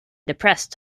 depressed